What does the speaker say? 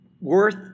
worth